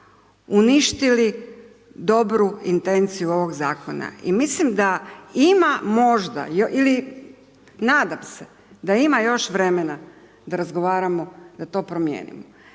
uništili dobru intenciju ovog zakona i mislim da ima možda ili nadam se da ima još vremena da razgovaramo da to promijenimo.